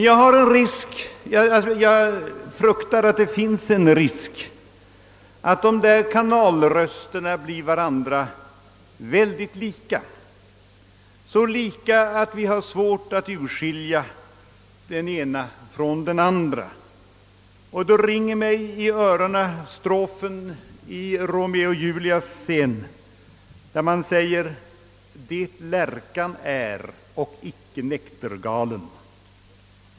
Jag fruktar att det finns risk att kanalrösterna blir varandra mycket lika, så lika att vi får svårt att skilja den ena från den andra. Det ringer mig i öronen en strof ur Romeo och Julia: Det lärkan är, och icke näktergalen.